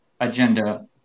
agenda